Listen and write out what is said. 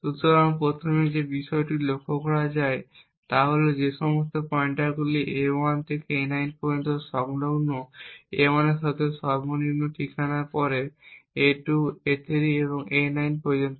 সুতরাং প্রথম যে বিষয়টি লক্ষ্য করা যায় তা হল যে এই সমস্ত পয়েন্টারগুলি a1 থেকে a9 পর্যন্ত সংলগ্ন a1 এর সাথে সর্বনিম্ন ঠিকানার পরে a2 a3 এবং a9 পর্যন্ত